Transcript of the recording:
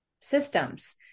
systems